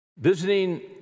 Visiting